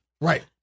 Right